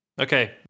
Okay